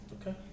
Okay